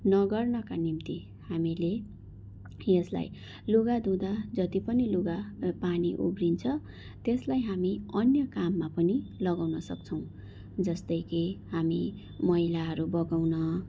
नगर्नका निम्ति हामीले यसलाई लुगा धुँदा जति पनि लुगा पानी उब्रिन्छ त्यसलाई हामी अन्य काममा पनि लगाउन सक्छौँ जस्तै कि हामी मैलाहरू बगाउन